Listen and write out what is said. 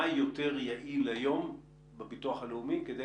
מה יותר יעיל היום בביטוח הלאומי כדי